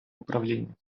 управління